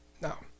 Now